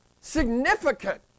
significant